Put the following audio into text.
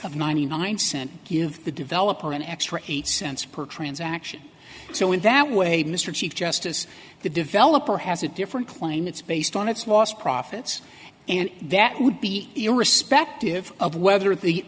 of ninety nine cent give the developer an extra eight cents per transaction so in that way mr chief justice the developer has a different claim it's based on its lost profits and that would be irrespective of whether the